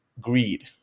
greed